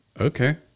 Okay